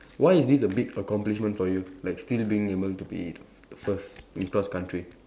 why is this a big accomplishment for you like still being able to be the first in cross country